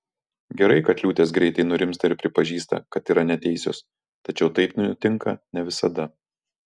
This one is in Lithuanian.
gerai kad liūtės greitai nurimsta ir pripažįsta kad yra neteisios tačiau taip nutinka ne visada